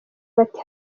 bati